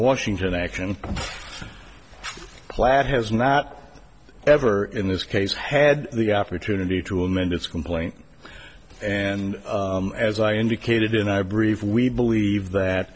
washington action plat has not ever in this case had the opportunity to amend its complaint and as i indicated in our brief we believe that